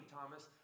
Thomas